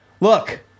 Look